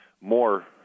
more